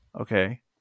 Okay